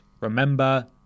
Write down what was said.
remember